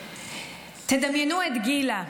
תדמיינו את גילה,